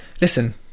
Listen